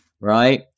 right